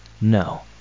No